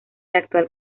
actual